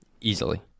Easily